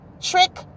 trick